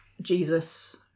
Jesus